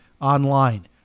online